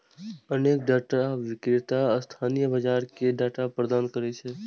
अनेक डाटा विक्रेता स्थानीय बाजार कें डाटा प्रदान करै छै